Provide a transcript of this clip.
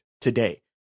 today